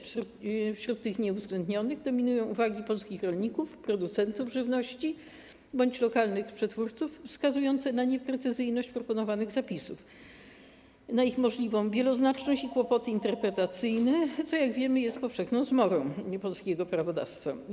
Wśród tych nieuwzględnionych dominują uwagi polskich rolników, producentów żywności bądź lokalnych przetwórców wskazujące na nieprecyzyjność proponowanych zapisów, ich możliwą wieloznaczność i kłopoty interpretacyjne, co, jak wiemy, jest powszechną zmorą polskiego prawodawstwa.